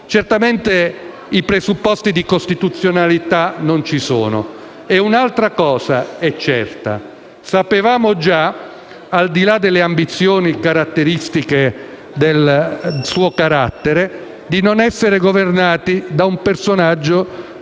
Certamente i presupposti di costituzionalità non ci sono. E un'altra cosa è certa. Sapevamo già, al di là delle ambizioni tipiche del suo carattere, di non essere governati da un personaggio